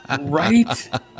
right